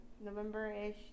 November-ish